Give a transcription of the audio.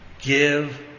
Give